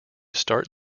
start